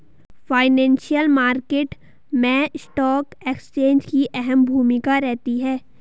financial market मैं stock exchange की अहम भूमिका रहती है